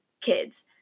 kids